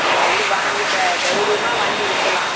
நீங்கள் வந்து வாங்கி தைரியமாக வாங்கி விற்கலாம்